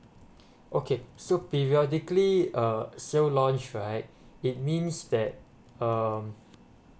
okay so periodically uh sale launch right it means that (em)